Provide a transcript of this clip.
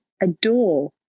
adore